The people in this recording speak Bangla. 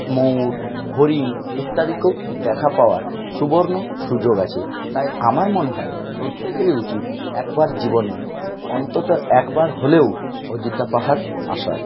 ময়ুর হরিণ ইত্যাদিকেও দেখা পাওয়ার সুবর্ণ সুযোগ আছে তাই আমার মনে হয় প্রত্যেকেরই উচিত একবার জীবনে অন্তত একবার হলেও অযোধ্যা পাহাড় আসার